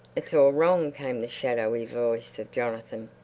it's all wrong, came the shadowy voice of jonathan.